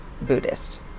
Buddhist